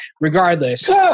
regardless